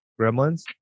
gremlins